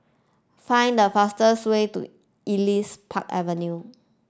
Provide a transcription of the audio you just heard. find the fastest way to Elias Park Avenue